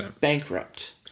bankrupt